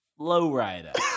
Lowrider